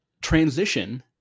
transition